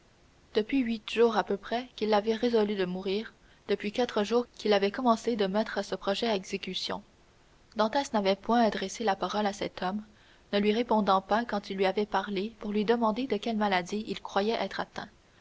depuis huit jours à peu près qu'il avait résolu de mourir quatre jours qu'il avait commencé de mettre ce projet à exécution edmond n'avait point adressé la parole à cet homme ne lui répondant pas quand il lui avait parlé pour lui demander de quelle maladie il croyait être atteint